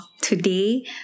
today